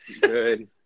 Good